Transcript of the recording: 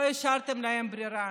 לא השארתם להם ברירה.